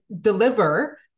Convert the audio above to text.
deliver